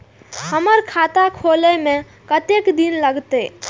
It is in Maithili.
हमर खाता खोले में कतेक दिन लगते?